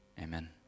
Amen